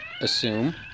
assume